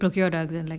procure drugs in like